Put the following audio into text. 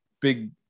big